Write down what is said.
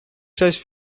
size